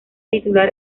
titular